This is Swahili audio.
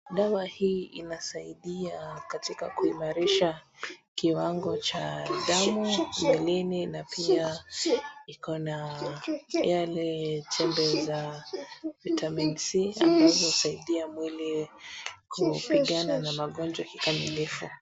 Dawa hii inasaidia katika kuimarisha kiwango cha damu mwilini na pia iko na yale chembe za vitamin c , ambazo husaidia mwili kupigana na magonjwa kikamilifu.